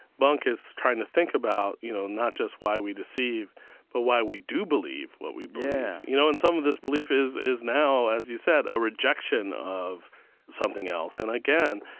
bunk, is trying to think about, you know, not just why we deceive but why we do believe what we believe. yeah you know? and some of this belief is is now, as you said, a rejection of something else. and again,